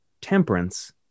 temperance